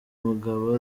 mugabo